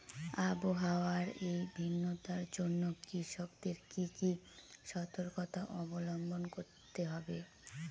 আবহাওয়ার এই ভিন্নতার জন্য কৃষকদের কি কি সর্তকতা অবলম্বন করতে হবে?